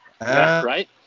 Right